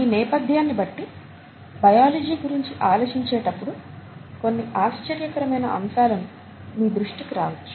మీ నేపధ్యాన్ని బట్టి బయాలజీ గురించి ఆలోచించేటప్పుడు కొన్ని ఆశ్చర్యకరమైన అంశాలు మీ దృష్టికి రావొచ్చు